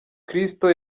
kristo